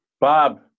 Bob